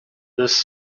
this